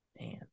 Man